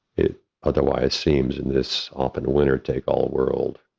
it otherwise seems in this often a winner take all world.